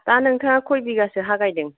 दा नोंथाङा कय बिघासो हा गायदों